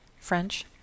French